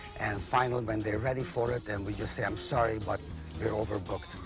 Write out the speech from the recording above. and finally when they are ready for it and we just say, i'm sorry, but we're overbooked.